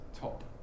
top